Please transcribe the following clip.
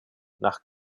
nach